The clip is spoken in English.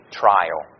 trial